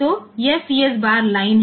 तो यह CS bar line है